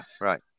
right